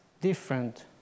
different